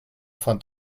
fand